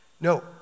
No